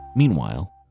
Meanwhile